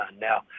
now